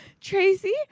Tracy